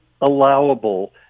allowable